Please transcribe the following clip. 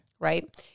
Right